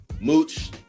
Mooch